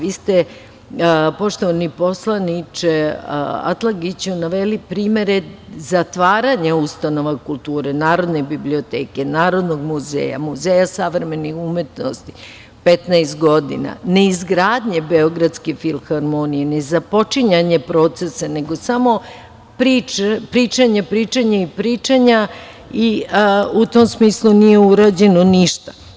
Vi ste, poštovani poslaniče Atlagiću, naveli primere zatvaranja ustanova kulture Narodne biblioteke, Narodnoj muzeja, Muzeja savremene umetnosti 15 godina, neizgradnje Beogradske filharmonije, nezapočinjanje procesa nego samo pričanje, pričanje i pričanja i u tom smislu nije urađeno ništa.